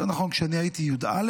יותר נכון, כשאני הייתי, י"א,